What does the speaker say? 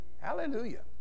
Hallelujah